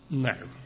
No